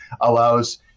allows